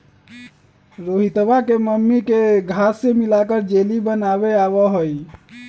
रोहितवा के मम्मी के घास्य मिलाकर जेली बनावे आवा हई